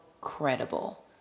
credible